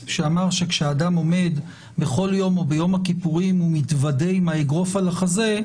שאמר שכשאדם עומד בכל יום או ביום הכיפורים ומתוודה עם האגרוף על החזה,